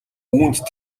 үүнд